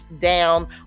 down